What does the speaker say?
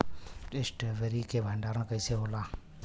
Strawberry के भंडारन कइसे होला?